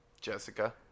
Jessica